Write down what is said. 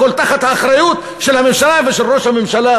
הכול תחת האחריות של הממשלה ושל ראש הממשלה.